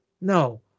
no